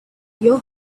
your